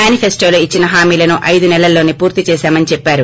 మేనిఫెన్లో ఇచ్చిన హామీలను ఐదు సెలల్లోసే పూర్తి చేశామని చెప్పారు